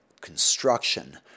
construction